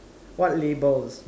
what labels